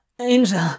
angel